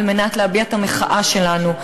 על מנת להביע את המחאה שלנו,